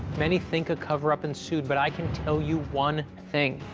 many think a cover-up ensued, but i can tell you one thing,